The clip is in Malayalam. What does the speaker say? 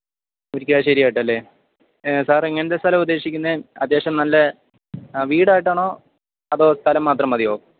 മുരിക്കാശേരി ആയിട്ടല്ലേ സാർ എങ്ങനത്തെ സ്ഥലമാണ് ഉദ്ദേശിക്കുന്നത് അത്യാവശ്യം നല്ല വീടായിട്ടാണോ അതോ സ്ഥലം മാത്രം മതിയോ